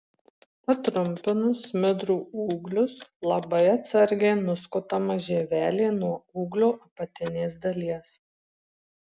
patrumpinus smidrų ūglius labai atsargiai nuskutama žievelė nuo ūglio apatinės dalies